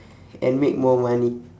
and make more money